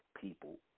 people